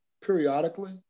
periodically